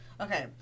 Okay